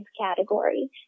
category